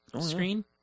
screen